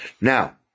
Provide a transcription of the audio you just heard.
Now